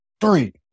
three